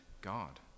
God